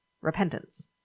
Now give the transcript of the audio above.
repentance